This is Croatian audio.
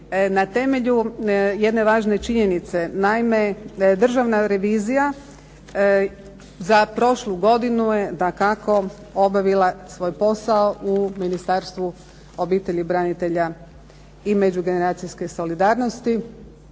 na temelju jedne važne činjenice. Naime, da je državna revizija za prošlu godinu je dakako obavila svoj posao u Ministarstvu obitelji, branitelja i međugeneracijske solidarnosti